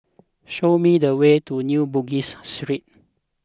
show me the way to New Bugis Street